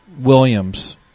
Williams